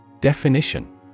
Definition